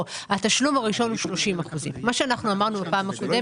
התשלום הראשון הוא 30%. מה שאנחנו אמרנו בפעם הקודמת,